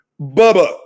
bubba